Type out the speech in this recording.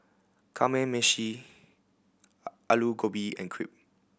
Kamameshi Alu Gobi and Crepe